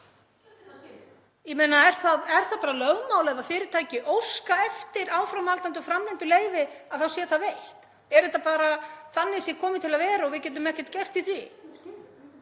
kannski.) Er það bara lögmál að ef fyrirtæki óska eftir áframhaldandi og framlengdu leyfi þá sé það veitt? Er þetta bara þannig séð komið til að vera og við getum ekkert gert í því?